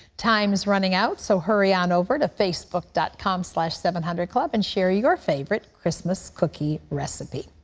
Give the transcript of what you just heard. time is running out, so hurry ah and over to facebook dot com slash seven hundred club and share your favorite christmas cookie recipe.